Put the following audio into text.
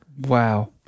Wow